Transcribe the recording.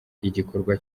igikorwa